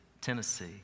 Tennessee